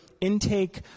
intake